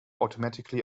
automatically